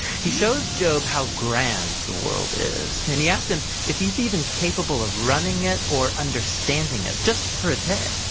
he shows job how grand the world is. and he asked him if he's even capable of running it or understanding it just for a day.